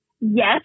Yes